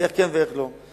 ואיך כן ואיך לא.